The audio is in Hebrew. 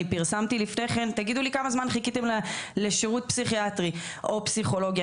פרסמתי לפני כן שיגידו לי כמה זמן חיכו לשירות פסיכיאטרי או פסיכולוגי.